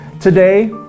today